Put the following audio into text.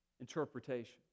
interpretation